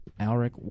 Alric